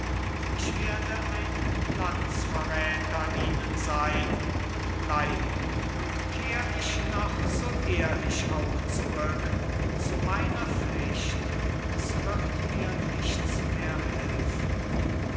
ich werde ein landsverräter ihnen sein und bleiben und kehr ich noch so ehrlich auch zurück zu meiner pflicht es wird mir nichts mehr helfen